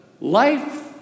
life